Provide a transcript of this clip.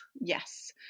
Yes